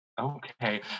Okay